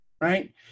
right